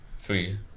free